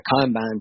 combine